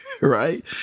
Right